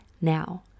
now